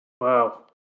Wow